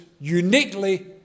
uniquely